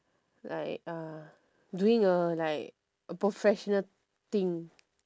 like uh doing a like a professional thing